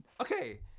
Okay